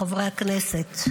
חברי הכנסת,